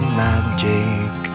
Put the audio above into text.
magic